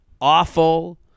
Awful